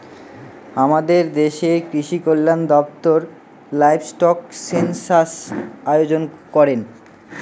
আমাদের দেশের কৃষিকল্যান দপ্তর লাইভস্টক সেনসাস আয়োজন করেন